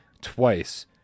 twice